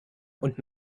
und